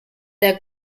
der